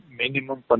minimum